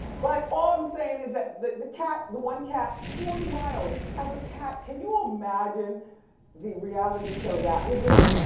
but i'm all i'm sayin' is that the the cat, the one cat, forty miles. as a cat, can you imagine the reality show that would be?